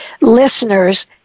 listeners